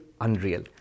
unreal